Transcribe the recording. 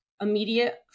immediate